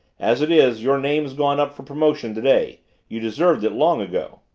as it is, your name's gone up for promotion today you deserved it long ago.